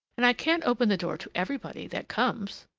and i can't open the door to everybody that comes.